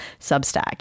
Substack